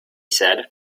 said